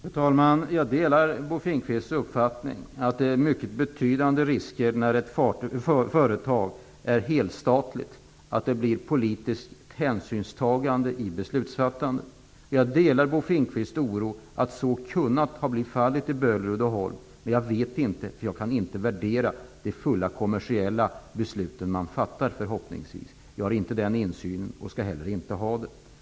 Fru talman! Jag delar Bo Finnkvists uppfattning att det när ett företag är helstatligt finns mycket betydande risker för att det blir ett politiskt hänsynstagande i beslutsfattandet. Jag delar också Bo Finnkvist oro för att det skulle ha kunnat bli fallet i fråga om Böhler-Uddeholm. Men jag vet inte om så är fallet, eftersom jag inte kan värdera de beslut man fattar, beslut som förhoppningsvis blir helt och fullt kommersiella. Jag har inte den insynen i företaget, och jag skall heller inte ha någon sådan.